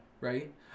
right